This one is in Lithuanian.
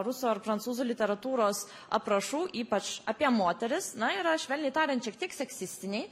rusų ar prancūzų literatūros aprašų ypač apie moteris na yra švelniai tariant šiek tiek seksistiniai